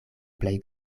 plej